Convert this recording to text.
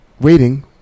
waiting